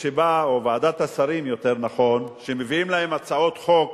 או ועדת השרים, יותר נכון, שמביאים להם הצעות חוק